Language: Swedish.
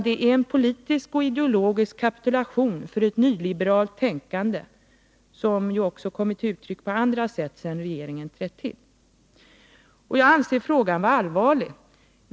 Det är en politisk och ideologisk kapitulation för ett nyliberalt tänkande som också på andra sätt kommit till uttryck sedan regeringen tillträdde. Jag anser att frågan är allvarlig.